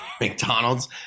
mcdonald's